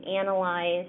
analyze